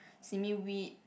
simi wheat